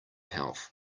health